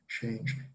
change